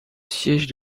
siège